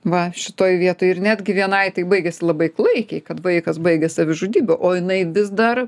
va šitoj vietoj ir netgi vienai tai baigėsi labai klaikiai kad vaikas baigė savižudybe o jinai vis dar